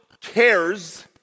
cares